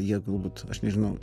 jie galbūt aš nežinau